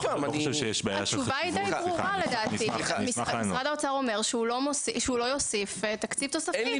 משרד האוצר אומר שהוא לא יוסיף תקציב תוספתי.